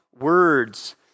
words